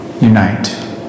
unite